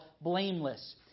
blameless